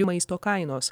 maisto kainos